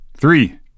Three